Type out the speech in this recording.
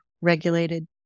regulated